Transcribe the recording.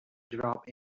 drop